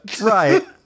Right